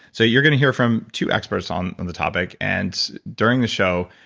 so you're going to hear from two experts on on the topic. and during the show,